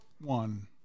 one